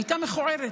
הייתה מכוערת,